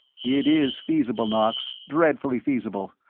it is feasible, knox, dreadfully feasible.